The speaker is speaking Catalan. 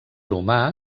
humà